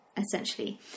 essentially